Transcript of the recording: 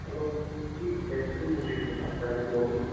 hello जी Jai Shri hostel से बात कर रहे हैं बोलिए